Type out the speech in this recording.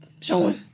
showing